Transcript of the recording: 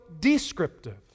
descriptive